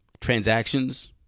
transactions